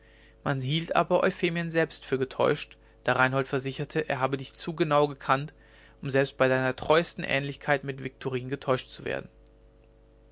man hielt aber euphemien selbst für getäuscht da reinhold versicherte er habe dich zu genau gekannt um selbst bei deiner treuesten ähnlichkeit mit viktorin getäuscht zu werden